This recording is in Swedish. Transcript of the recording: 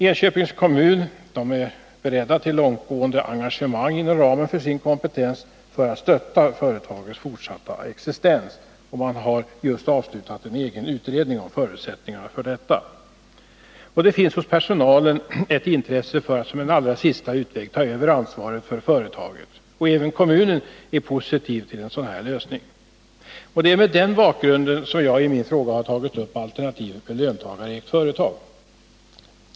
Enköpings kommun är beredd till långtgående arrangemang inom ramen för sin kompetens för att stötta företaget och främja dess fortsatta existens, och man har just avslutat en egen utredning om förutsättningarna för detta. Vidare finns det hos personalen ett intresse för att som en allra sista utväg ta över ansvaret från företaget. Även kommunen är positiv till en sådan lösning. : Det är mot denna bakgrund som jag i min fråga har tagit upp alternativet löntagarägt företag.